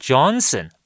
Johnson